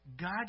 God